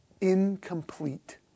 incomplete